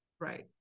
Right